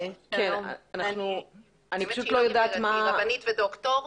היא רבנית ודוקטור.